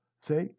See